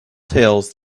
tales